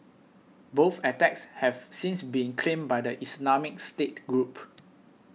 both attacks have since been claimed by the Islamic State group